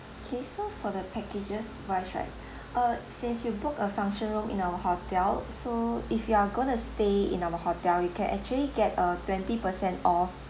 K so for the packages wise right uh since you book a function room in our hotel so if you're going to stay in our hotel you can actually get a twenty percent off